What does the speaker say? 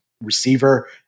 receiver